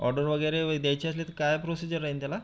order वगैरे वै द्यायची असली तर काय प्रोसिजर राहील त्याला